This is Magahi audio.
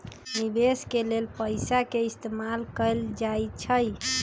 निवेश के लेल पैसा के इस्तमाल कएल जाई छई